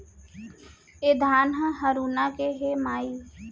ए धान ह हरूना हे के माई?